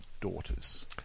daughters